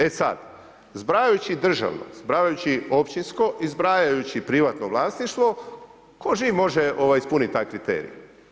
E sad, zbrajajući državno, zbrajajući općinsko i zbrajajući privatno vlasništvo tko živ može ispuniti taj kriterij.